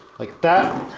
like that,